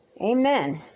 Amen